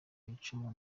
yicuma